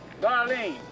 darlene